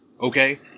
Okay